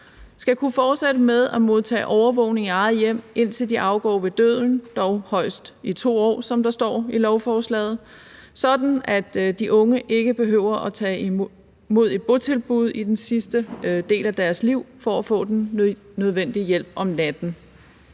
skal kunne fortsætte med at modtage overvågning i eget hjem, indtil de afgår ved døden, dog højst i 2 år, som der står i lovforslaget, sådan at de unge ikke behøver at tage imod et botilbud i den sidste del af deres liv for at få den nødvendige hjælp om natten.